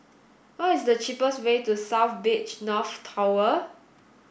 what is the cheapest way to South Beach North Tower